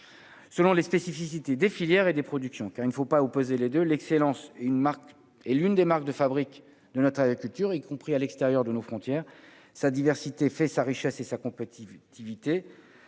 selon les spécificités des filières et des productions car il ne faut pas opposer les de l'excellence, une marque et l'une des marques de fabrique de notre agriculture, y compris à l'extérieur de nos frontières, sa diversité fait sa richesse et sa compétitivité,